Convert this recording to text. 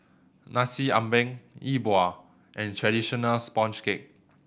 Nasi Ambeng Yi Bua and traditional sponge cake